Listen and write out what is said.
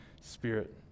Spirit